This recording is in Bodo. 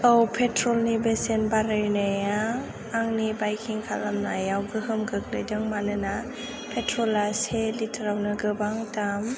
औ पेट्रलनि बेसेन बारायनाया आंनि बाइकिं खालामनायाव गोहोम खोख्लैदों मानोना पेट्रला से लिटारावनो गोबां दाम